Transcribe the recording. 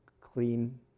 clean